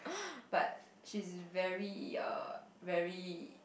but she's very err very